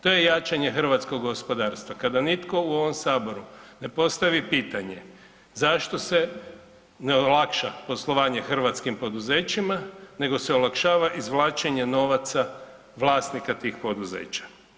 To je jačanje hrvatskog gospodarstva kada nitko u ovom saboru ne postavi pitanje zašto se ne olakša poslovanje hrvatskim poduzećima nego se olakšava izvlačenje novaca vlasnika tih poduzeća?